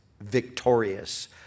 victorious